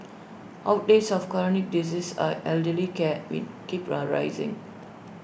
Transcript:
outlays of chronic diseases and elderly care will keep A rising